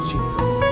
Jesus